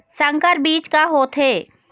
संकर बीज का होथे?